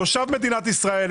תושב מדינת ישראל,